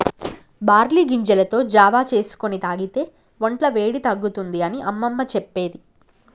barley గింజలతో జావా చేసుకొని తాగితే వొంట్ల వేడి తగ్గుతుంది అని అమ్మమ్మ చెప్పేది